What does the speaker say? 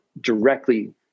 directly